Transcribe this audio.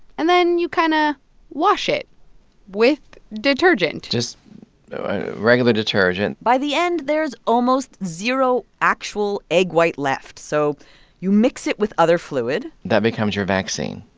and then you kind of wash it with detergent just regular detergent by the end, there's almost zero actual egg white left, so you mix it with other fluid that becomes your vaccine.